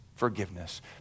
Forgiveness